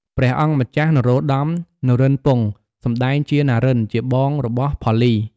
ព្រះអង្គម្ចាស់ នរោត្តម នរិន្ទ្រពង្ស សម្តែងជា ណារិន ជាបងរបស់ផល្លី។